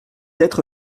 être